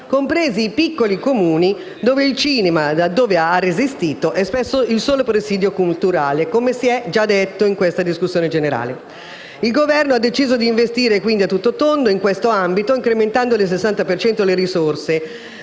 compresi i piccoli Comuni dove il cinema, laddove ha resistito, è spesso il solo presidio culturale, come si è già detto in questa discussione generale Il Governo ha dunque deciso di investire a tutto tondo in questo ambito, incrementando del 60 per